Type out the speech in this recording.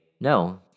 no